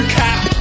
cap